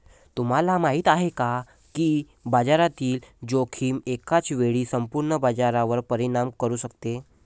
तुम्हाला माहिती आहे का की बाजारातील जोखीम एकाच वेळी संपूर्ण बाजारावर परिणाम करू शकते?